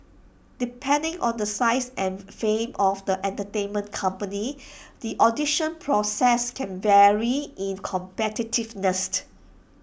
depending on the size and fame of the entertainment company the audition process can vary in competitiveness